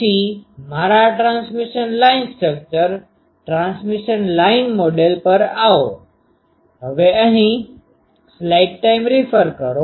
પછી મારા transmission line structure transmission line model પર આવો